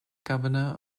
governor